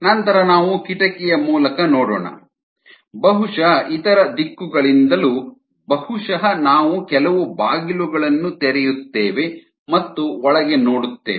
ನಂತರ ನಾವು ಕಿಟಕಿಯ ಮೂಲಕ ನೋಡೋಣ ಬಹುಶಃ ಇತರ ದಿಕ್ಕುಗಳಿಂದಲೂ ಬಹುಶಃ ನಾವು ಕೆಲವು ಬಾಗಿಲುಗಳನ್ನು ತೆರೆಯುತ್ತೇವೆ ಮತ್ತು ಒಳಗೆ ನೋಡುತ್ತೇವೆ